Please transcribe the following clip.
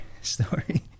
story